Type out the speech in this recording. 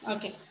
Okay